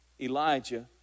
Elijah